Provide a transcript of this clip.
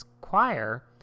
choir